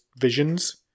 visions